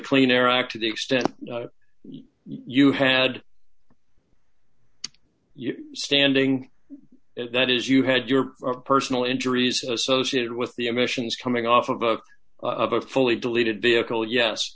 clean air act to the extent you had standing that is you had your personal injuries associated with the emissions coming off of a fully deleted vehicle yes